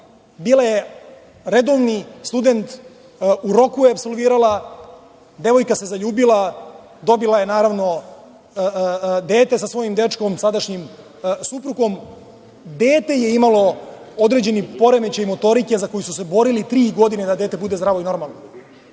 bila je redovni student u roku je apsolvirala, devojka se zaljubila, dobila je naravno dete sa svojim dečko sadašnjim suprugom. Dete je imalo određeni poremećaj motorike sa kojim su se borili tri godine da dete bude zdravo i normalno,